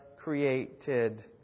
created